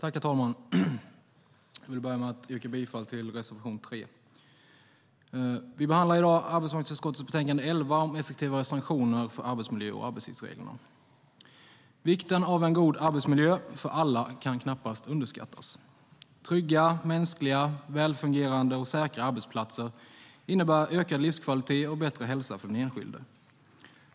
Herr talman! Jag vill börja med att yrka bifall till reservation 3. Vi behandlar i dag arbetsmarknadsutskottets betänkande 11 om effektivare sanktioner för arbetsmiljö och arbetstidsreglerna. Vikten av en god arbetsmiljö för alla kan knappast underskattas. Trygga, mänskliga, välfungerande och säkra arbetsplatser innebär ökad livskvalitet och bättre hälsa för den enskilde.